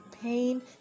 pain